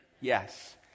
Yes